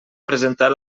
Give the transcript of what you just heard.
presentar